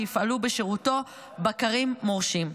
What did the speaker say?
שיפעלו בקרים מורשים.